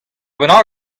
bennak